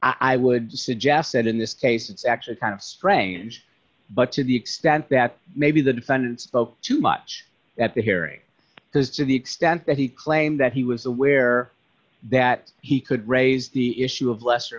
credible i would suggest that in this case it's actually kind of strange but to the extent that maybe the defendant spoke too much at the hearing because to the extent that he claimed that he was aware that he could raise the issue of lesser